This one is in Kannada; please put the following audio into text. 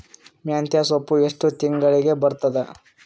ಮೆಂತ್ಯ ಸೊಪ್ಪು ಎಷ್ಟು ತಿಂಗಳಿಗೆ ಬರುತ್ತದ?